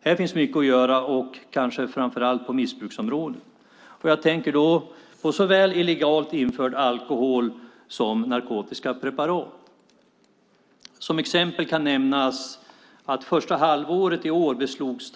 Här finns mycket att göra, kanske framför allt på missbruksområdet. Jag tänker då på såväl illegalt införd alkohol som narkotiska preparat. Som exempel kan nämnas att under första halvåret i år beslagtogs